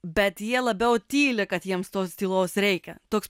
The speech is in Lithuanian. bet jie labiau tyli kad jiems tos tylos reikia toks